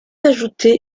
ajouter